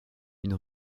une